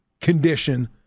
condition